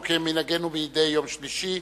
כמנהגנו מדי יום שלישי,